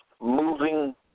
moving